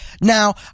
Now